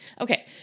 Okay